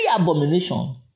abomination